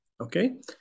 Okay